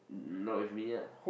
not with me lah